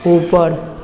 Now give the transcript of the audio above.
ऊपर